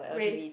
race